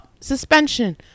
suspension